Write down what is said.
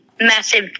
massive